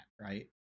right